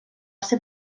ser